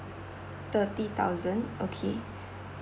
thirty thousand okay